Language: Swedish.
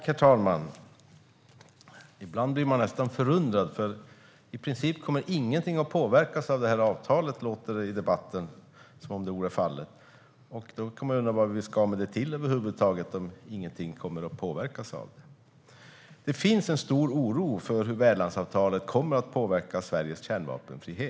Herr talman! Ibland blir man nästan förundrad, för i debatten låter det som att i princip ingenting kommer att påverkas av det här avtalet. Man kan undra vad vi ska ha det till över huvud taget om ingenting kommer att påverkas av det. Det finns en stor oro för hur värdlandsavtalet kommer att påverka Sveriges kärnvapenfrihet.